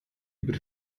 über